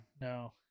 No